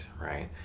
right